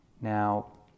Now